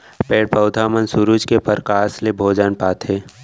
पेड़ पउधा मन सुरूज के परकास ले भोजन पाथें